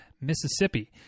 Mississippi